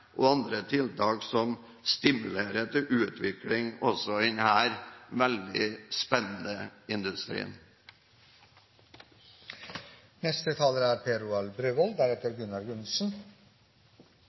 og demonstrasjonsanlegg og andre tiltak som stimulerer til utvikling også i denne veldig spennende